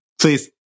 Please